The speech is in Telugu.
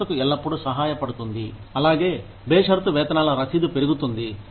సంస్థకు ఎల్లప్పుడూ సహాయపడుతుంది అలాగే బేషరతు వేతనాల రసీదు పెరుగుతుంది